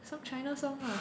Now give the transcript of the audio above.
some china song lah